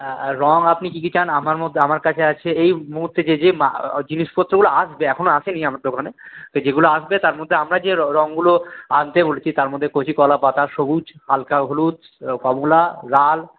হ্যাঁ আর রঙ আপনি কী কী চান আমার মধ্যে আমার কাছে আছে এই মুহূর্তে যে যে মাল জিনিসপত্রগুলো আসবে এখনো আসেনি আমার দোকানে তো যেগুলো আসবে তার মধ্যে আমরা যে রঙগুলো আনতে বলেছি তার মধ্যে কচি কলাপাতা সবুজ হাল্কা হলুদ কমলা লাল